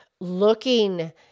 looking